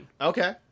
Okay